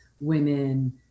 women